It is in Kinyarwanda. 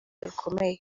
bikomeye